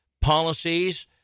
policies